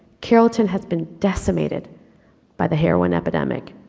carlton has been decimated by the heroin epidemic.